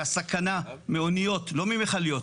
שהסכנה מאוניות - לא ממכליות,